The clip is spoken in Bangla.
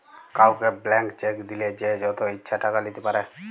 কাউকে ব্ল্যান্ক চেক দিলে সে যত ইচ্ছা টাকা লিতে পারে